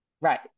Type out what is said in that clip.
right